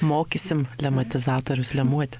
mokysim lematizatorius lemuoti